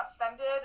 offended